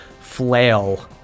flail